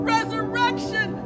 Resurrection